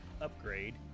UPGRADE